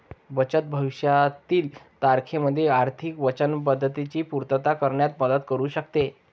बचत भविष्यातील तारखेमध्ये आर्थिक वचनबद्धतेची पूर्तता करण्यात मदत करू शकते